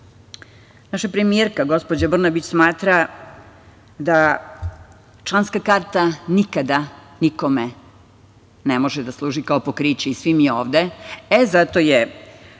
radi. Naša premijerka gospođa Brnabić smatra da članska karta nikada nikome ne može da služi kao pokriće, i svi mi ovde. E, zato je